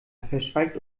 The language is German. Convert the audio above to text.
verschweigt